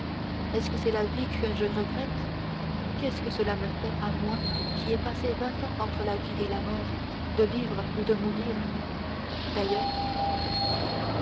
est-ce que c'est la vie que je regrette qu'est-ce que cela me fait à moi qui ai passé vingt ans entre la vie et la mort de vivre ou de mourir d'ailleurs